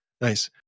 Nice